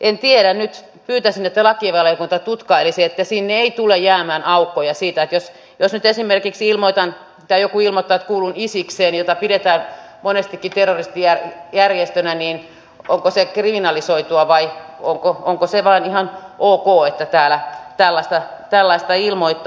en tiedä nyt pyytäisin että lakivaliokunta tutkailisi että sinne ei tule jäämään aukkoja niin että jos nyt esimerkiksi joku ilmoittaa että kuulun isikseen jota pidetään monestikin terroristijärjestönä onko se kriminalisoitua vai onko se vain ihan ok että täällä tällaista ilmoittaa